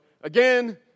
Again